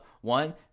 One